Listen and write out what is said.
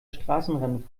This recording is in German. straßenrennen